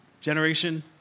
Generation